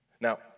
Now